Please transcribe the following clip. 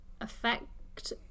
affect